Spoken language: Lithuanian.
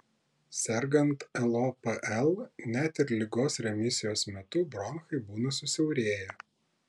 sergant lopl net ir ligos remisijos metu bronchai būna susiaurėję